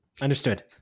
Understood